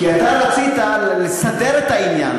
כי אתה רצית לסדר את העניין,